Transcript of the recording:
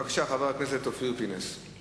בבקשה, חבר הכנסת אופיר פינס-פז.